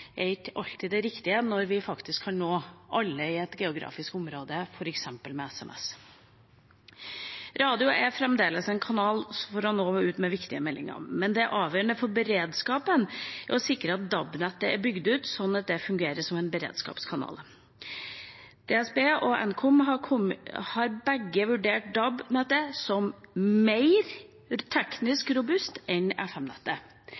er ikke alltid det riktige når vi faktisk kan nå alle i et geografisk område f.eks. med sms. Radio er fremdeles en kanal for å nå ut med viktige meldinger. Men det avgjørende for beredskapen er å sikre at DAB-nettet er bygd ut sånn at det fungerer som en beredskapskanal. DSB og Nkom har begge vurdert DAB-nettet som mer teknisk robust enn FM-nettet. For det